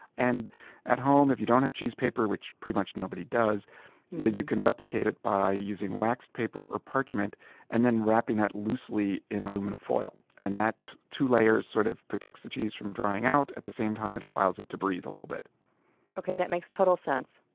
and at home, if you don't have cheese paper which pretty much nobody does that you can replicate it by using wax paper or parchment and then wrapping that loosely in aluminum foil. and the two layers sort of protect the cheese from drying out. at the same time, it allows it to breathe a little bit that makes total sense.